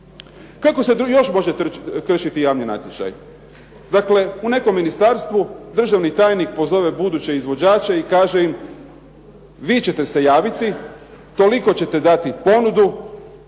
Kako se još može kršiti javni natječaj, dakle u nekom ministarstvu državni tajnik pozove buduće izvođače i kaže im vi ćete se javiti, toliko ćete dati ponudu